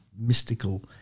mystical